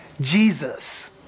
Jesus